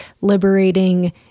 liberating